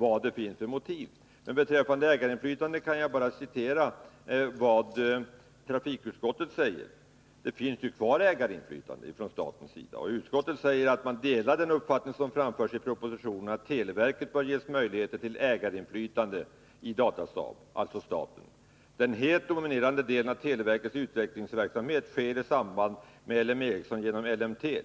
vad det finns för motiv. Ett statligt ägarinflytande finns kvar, och jag kan på den punkten bara citera vad trafikutskottet säger i sitt yttrande: ”Utskottet delar den uppfattning som framförs i propositionen att televerket bör ges möjligheter till ägarinflytande i Datasaab AB. Den helt dominerande delen av televerkets utvecklingsverksamhet sker i samarbete med LME genom ELLEMTEL.